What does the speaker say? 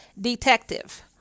Detective